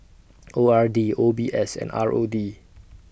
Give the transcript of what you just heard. O R D O B S and R O D